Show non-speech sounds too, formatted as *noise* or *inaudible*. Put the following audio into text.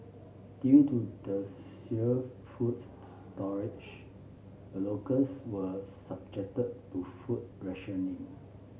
due to the *unintelligible* foods storage the locals were subjected to food rationing